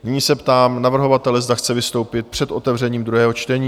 Nyní se ptám navrhovatele, zda chce vystoupit před otevřením druhého čtení?